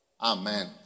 Amen